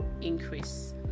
increase